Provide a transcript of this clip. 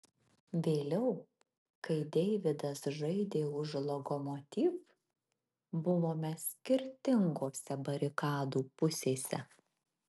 vėliau kai deividas žaidė už lokomotiv buvome skirtingose barikadų pusėse